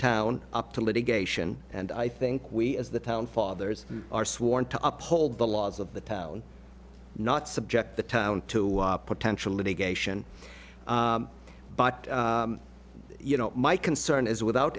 town up to litigation and i think we as the town fathers are sworn to uphold the laws of the town not subject the town to potential litigation but you know my concern is without